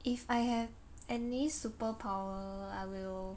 if I have any superpower I will